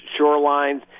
shorelines